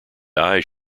eyes